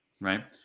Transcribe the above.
right